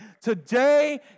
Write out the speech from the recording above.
Today